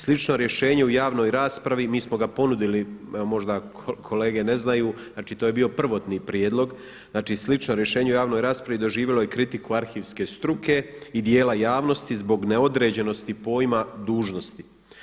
Slično rješenje u javnoj raspravi, mi smo ga ponudili možda kolege ne znaju, znači to je bio prvotni prijedlog, znači slično rješenje u javnoj raspravi doživjelo je kritiku arhivske struke i dijela javnosti zbog neodređenosti pojma dužnosnik.